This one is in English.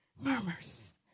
Murmurs